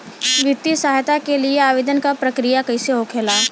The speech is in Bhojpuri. वित्तीय सहायता के लिए आवेदन क प्रक्रिया कैसे होखेला?